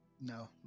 No